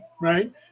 right